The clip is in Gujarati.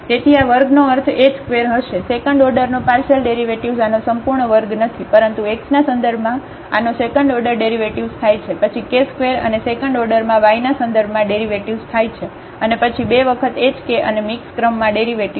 તેથી આ વર્ગ નો અર્થ h ² હશે સેકન્ડ ઓર્ડરનો પાર્શિયલડેરિવેટિવ્ઝ આનો સંપૂર્ણ વર્ગ નથી પરંતુ x ના સંદર્ભમાં આનો સેકન્ડ ઓર્ડર ડેરિવેટિવ્ઝ થાય છે પછી k² અને સેકન્ડ ઓર્ડરમાં yના સંદર્ભમાં ડેરિવેટિવ્ઝ થાય છે અને પછી બે વખત hk અને મિક્સ ક્રમમાં ડેરિવેટિવ્ઝ